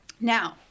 Now